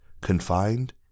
confined